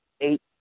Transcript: eight